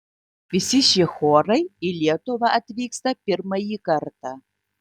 visi šie chorai į lietuvą atvyksta pirmąjį kartą